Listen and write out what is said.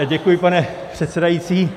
Děkuji, pane předsedající.